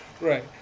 right